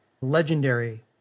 Legendary